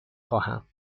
خواهم